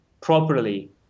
properly